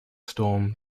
storm